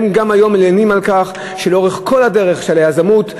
הם גם היום מלינים על כך שלאורך כל הדרך של היזמות,